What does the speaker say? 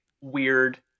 weird